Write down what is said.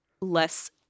less